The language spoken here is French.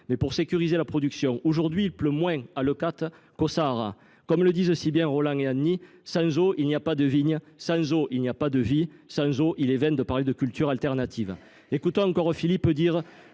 mais pour sécuriser la production. Actuellement, il pleut moins à Leucate qu’au Sahara ! Comme le disent si bien Roland et Annie :« Sans eau, il n’y a pas de vigne ; sans eau, il n’y a pas de vie. » Sans eau, il est vain de parler de cultures alternatives. Écoutons encore Philippe nous